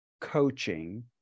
coaching